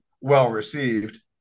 well-received